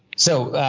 so,